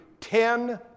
ten